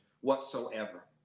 whatsoever